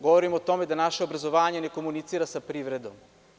Govorim o tome da naše obrazovanje ne komunicira sa privredom.